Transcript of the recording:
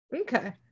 Okay